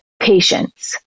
patience